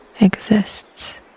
exists